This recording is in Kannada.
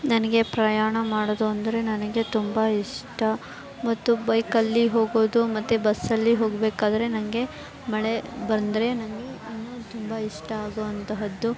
ನನಗೆ ಪ್ರಯಾಣ ಮಾಡೋದು ಅಂದರೆ ನನಗೆ ತುಂಬ ಇಷ್ಟ ಮತ್ತು ಬೈಕಲ್ಲಿ ಹೋಗೋದು ಮತ್ತು ಬಸ್ಸಲ್ಲಿ ಹೋಗಬೇಕಾದ್ರೆ ನನಗೆ ಮಳೆ ಬಂದರೆ ನನಗೆ ಇನ್ನೂ ತುಂಬ ಇಷ್ಟ ಆಗುವಂತಹದ್ದು